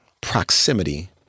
proximity